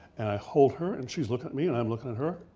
and i hold her and she's looking at me and i'm looking at her,